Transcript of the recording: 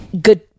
good